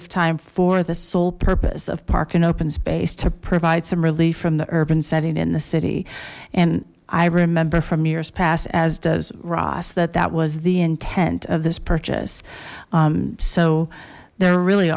of time for the sole purpose of park and open space to provide some relief from the urban setting in the city and i remember from years past as does ross that that was the intent of this purchase so there really